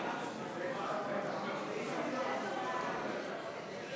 לוועדת הכספים נתקבלה.